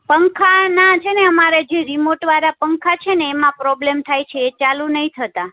પંખા ના છે ને અમારે જે રિમોટવાળા પંખા છે ને એમાં પ્રોબ્લ્મ થાય છે એ ચાલુ નથી થતા